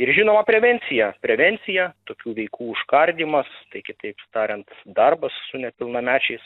ir žinoma prevencija prevencija tokių veikų užkardymas tai kitaip tariant darbas su nepilnamečiais